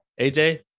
AJ